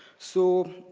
so,